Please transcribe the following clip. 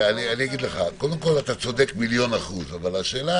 אתה צודק מיליון אחוז, השאלה